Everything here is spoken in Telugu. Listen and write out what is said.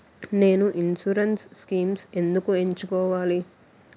నేను ఇన్సురెన్స్ స్కీమ్స్ ఎందుకు ఎంచుకోవాలి?